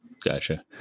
Gotcha